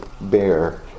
bear